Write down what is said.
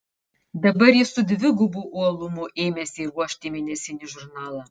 dabar jis su dvigubu uolumu ėmėsi ruošti mėnesinį žurnalą